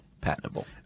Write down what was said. Patentable